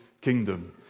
kingdom